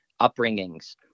upbringings